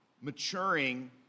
maturing